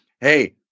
Hey